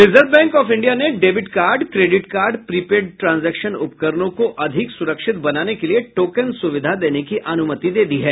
reserve Bank of India ने debit card credit card prepaid transaction उपकरणों को अधिक सुरक्षित बनाने के लिये टोकन सुविधा देने की अनुमति दे दी है